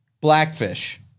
blackfish